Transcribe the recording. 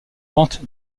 pentes